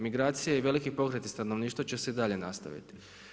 Migracije i veliki pokreti stanovništva će se i dalje nastaviti.